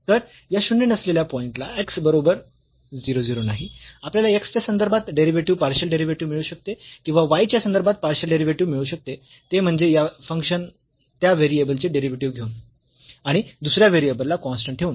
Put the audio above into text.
तर या शून्य नसलेल्या पॉईंट ला x y बरोबर 0 0 नाही आपल्याला x च्या संदर्भात डेरिव्हेटिव्ह पार्शियल डेरिव्हेटिव्ह मिळू शकते किंवा y च्या संदर्भात पार्शियल डेरिव्हेटिव्ह मिळू शकते ते म्हणजे या फंक्शन त्या व्हेरिएबल चे डेरिव्हेटिव्ह घेऊन आणि दुसऱ्या व्हेरिएबल ला कॉन्स्टंट ठेवून